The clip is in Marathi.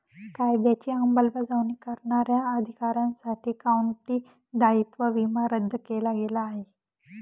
कायद्याची अंमलबजावणी करणाऱ्या अधिकाऱ्यांसाठी काउंटी दायित्व विमा रद्द केला गेला आहे